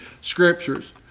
Scriptures